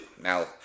Now